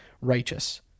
righteous